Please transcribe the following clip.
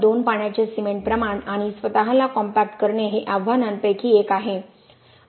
२ पाण्याचे सिमेंट प्रमाण आणि स्वतःला कॉम्पॅक्ट करणे हे आव्हानांपैकी एक आहे